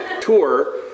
tour